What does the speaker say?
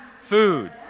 food